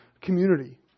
community